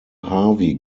harvey